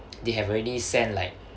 they have already sent like